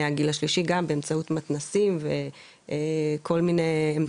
הגיל השלישי גם באמצעות מתנ"סים וכל מיני אמצעים.